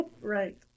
right